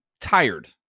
tired